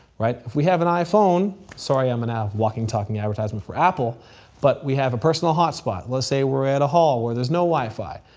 if we have an iphone sorry i'm and ah a walking, talking advertisement for apple but we have a personal hotspot. let's say we're at a hall where there's no wifi.